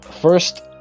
first